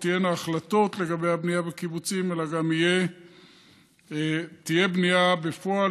תהיינה החלטות לגבי הבנייה בקיבוצים אלא גם תהיה בנייה בפועל,